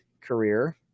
career